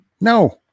No